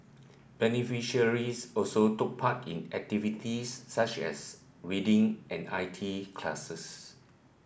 beneficiaries also took part in activities such as reading and I T classes